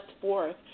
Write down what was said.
forth